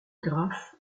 graphe